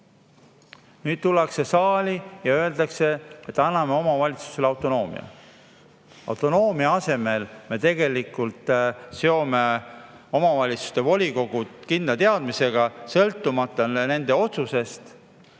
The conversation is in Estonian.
Nüüd tullakse saali ja öeldakse, et anname omavalitsustele autonoomia. Autonoomia asemel me tegelikult seome omavalitsuste volikogud kindla teadmisega, et sõltumata nende otsusest